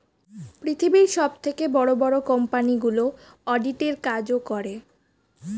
পৃথিবীর সবথেকে বড় বড় কোম্পানিগুলো অডিট এর কাজও করে